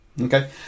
Okay